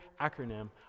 acronym